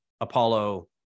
Apollo